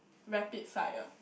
rapid fire